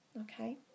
Okay